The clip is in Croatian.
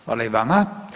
Hvala i vama.